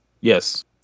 Yes